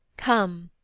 come,